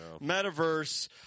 Metaverse